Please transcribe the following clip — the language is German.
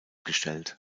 gestellt